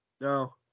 No